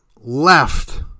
left